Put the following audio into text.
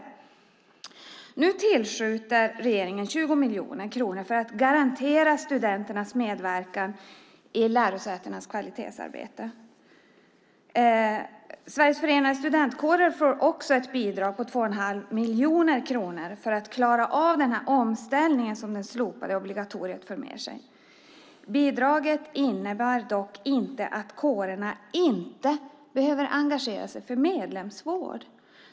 Regeringen tillskjuter 20 miljoner kronor för att garantera studenternas medverkan i lärosätenas kvalitetsarbete. Sveriges förenade studentkårer får ett bidrag på 2 1⁄2 miljoner kronor för att klara av den omställning som det slopade obligatoriet för med sig. Bidraget innebär dock inte att kårerna inte behöver engagera sig i medlemsvård.